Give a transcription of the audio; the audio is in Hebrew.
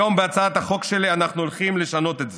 היום, בהצעת החוק שלי, אנחנו הולכים לשנות את זה,